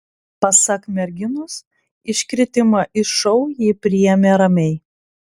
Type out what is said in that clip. pasak merginos iškritimą iš šou ji priėmė ramiai